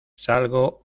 salgo